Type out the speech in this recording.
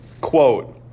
quote